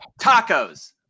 tacos